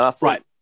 Right